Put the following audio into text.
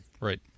Right